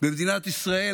במדינת ישראל,